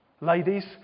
Ladies